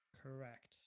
correct